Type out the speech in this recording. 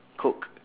coke